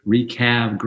Recav